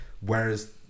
Whereas